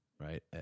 right